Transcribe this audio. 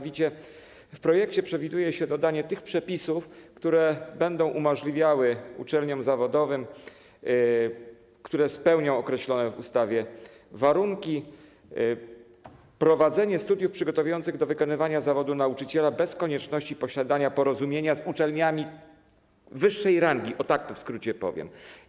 W projekcie przewiduje się dodanie tych przepisów, które będą umożliwiały uczelniom zawodowym, które spełnią określone w ustawie warunki, prowadzenie studiów przygotowujących do wykonywania zawodu nauczyciela bez konieczności posiadania porozumienia z uczelniami wyższej rangi, tak to w skrócie powiem.